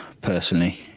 personally